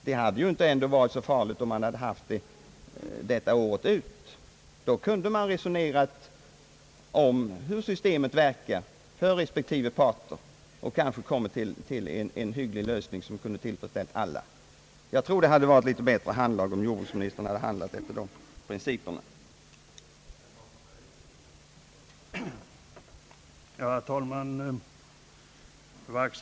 Det hade inte varit så farligt om man hade behållit nuvarande form året ut. Därefter kunde man ha diskuterat hur systemet verkar för respektive parter och kommit fram till en hygglig lösning som kunde tillfredsställa alla. Jordbruksministern skulle ha visat bättre handlag om han hade följt dessa spelregler.